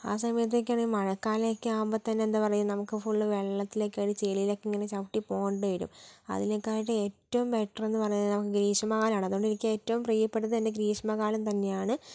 ആ സമയത്തൊക്കെ ആണെങ്കിൽ മഴക്കാലം ഒക്കെ ആകുമ്പോഴത്തേനും എന്താണ് പറയുക നമുക്ക് ഫുൾ വെള്ളത്തിലേക്കൊക്കെയാണ് ചളിയിലേക്കൊക്കെയാണ് ചവിട്ടി പോവേണ്ടി വരും അതിലെക്കാളും ഏറ്റവും ബെറ്റർ എന്ന് പറയുന്നത് നമുക്ക് ഗ്രീഷ്മകാലമാണ് അതുകൊണ്ട് എനിക്ക് ഏറ്റവും പ്രിയപ്പെട്ടത് എന്റെ ഗ്രീഷ്മകാലം തന്നെയാണ്